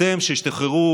אתם, שהשתחררתם